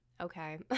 okay